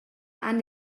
han